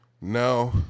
No